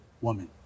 woman